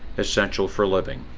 essential for living